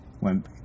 went